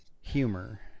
humor